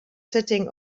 sitting